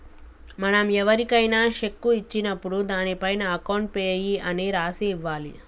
మనం ఎవరికైనా శెక్కు ఇచ్చినప్పుడు దానిపైన అకౌంట్ పేయీ అని రాసి ఇవ్వాలి